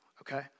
okay